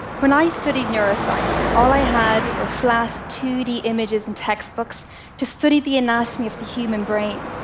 when i studied neuroscience, all i had were flat two d images in textbooks to study the anatomy of the human brain.